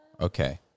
Okay